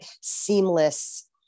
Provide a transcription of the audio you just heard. seamless